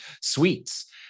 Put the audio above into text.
sweets